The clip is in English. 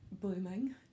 blooming